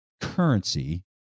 currency